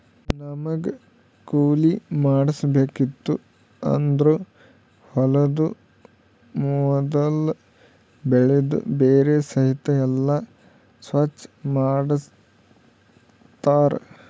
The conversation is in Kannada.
ನಮ್ಮಗ್ ಕೊಯ್ಲಿ ಮಾಡ್ಸಬೇಕಿತ್ತು ಅಂದುರ್ ಹೊಲದು ಮೊದುಲ್ ಬೆಳಿದು ಬೇರ ಸಹಿತ್ ಎಲ್ಲಾ ಸ್ವಚ್ ಮಾಡ್ತರ್